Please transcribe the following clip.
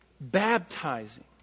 baptizing